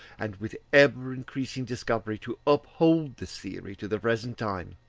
and, with ever-increasing discovery to uphold this theory to the present time,